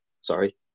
sorry